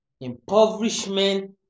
Impoverishment